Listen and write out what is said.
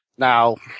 now